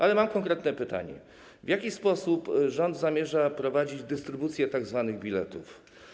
Ale mam konkretne pytanie: W jaki sposób rząd zamierza prowadzić dystrybucję tzw. biletów?